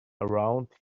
around